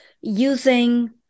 using